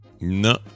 no